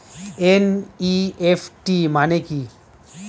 NEFT মানে কি?